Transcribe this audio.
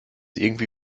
irgendwie